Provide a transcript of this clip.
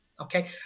Okay